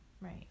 Right